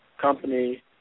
company